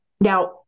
Now